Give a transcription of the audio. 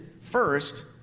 first